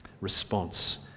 response